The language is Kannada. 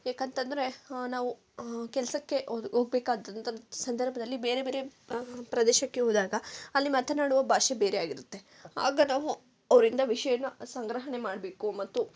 ಏಕಂತಂದ್ರೆ ನಾವು ಕೆಲಸಕ್ಕೆ ಹೋಗಿ ಹೋಗ್ಬೇಕಾದಂಥ ಸಂದರ್ಭದಲ್ಲಿ ಬೇರೆ ಬೇರೆ ಪ್ರವ್ ಪ್ರದೇಶಕ್ಕೆ ಹೋದಾಗ ಅಲ್ಲಿ ಮಾತನಾಡುವ ಭಾಷೆ ಬೇರೆಯಾಗಿರುತ್ತೆ ಆಗ ನಾವು ಅವರಿಂದ ವಿಷಯನ ಸಂಗ್ರಹಣೆ ಮಾಡಬೇಕು ಮತ್ತು